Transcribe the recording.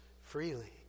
freely